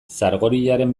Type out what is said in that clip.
sargoriaren